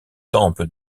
temple